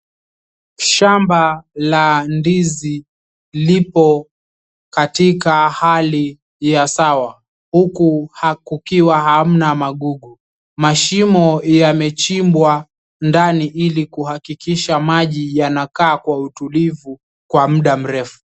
Shamba la ndizi lipo katika hali ya sawa. Huku haku kikiwa hamna magugu. Mashimo yamechimbwa ndani ili kuhakikisha maji yanakaa kwa utulivu kwa muda mrefu.